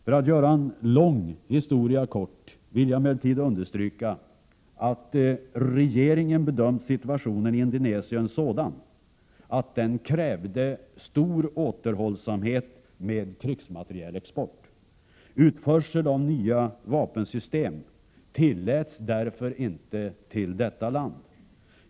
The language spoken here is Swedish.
För att göra en lång historia kort vill jag emellertid understryka att regeringen bedömt situationen i Indonesien sådan att den krävde stor återhållsamhet med krigsmaterielexport. Utförsel av nya vapensystem tilläts därför inte till detta land.